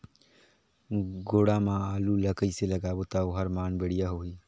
गोडा मा आलू ला कइसे लगाबो ता ओहार मान बेडिया होही?